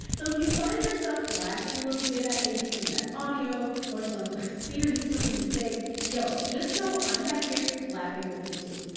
so if you find yourself laughing a little bit at maybe some bad audio or some serious rookie mistakes, yo just know i'm back here laughing with you too.